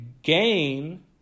gain